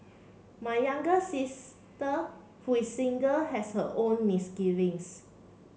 my younger sister who is single has her own misgivings